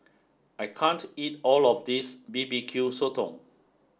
I can't eat all of this B B Q Sotong